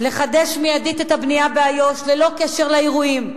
לחדש מיידית את הבנייה באיו"ש ללא קשר לאירועים,